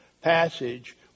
passage